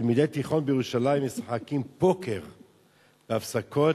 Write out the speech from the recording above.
תלמידי תיכון בירושלים משחקים פוקר בהפסקות,